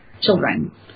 children